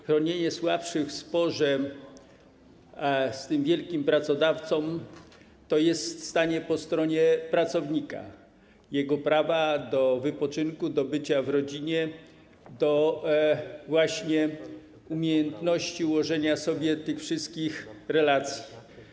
Chronienie słabszych w sporze z tym wielkim pracodawcą to jest stanie po stronie pracownika, jego prawa do wypoczynku, do bycia w rodzinie, właśnie do umiejętności ułożenia sobie tych wszystkich relacji.